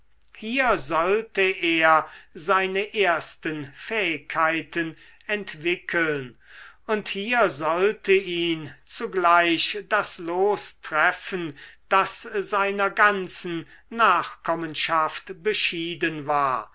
hier sollte er seine ersten fähigkeiten entwickeln und hier sollte ihn zugleich das los treffen das seiner ganzen nachkommenschaft beschieden war